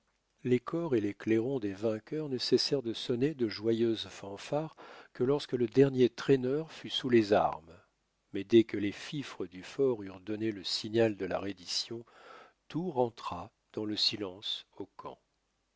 les cors et les clairons des vainqueurs ne cessèrent de sonner de joyeuses fanfares que lorsque le dernier traîneur fut sous les armes mais dès que les fifres du fort eurent donné le signal de la reddition tout rentra dans le silence au camp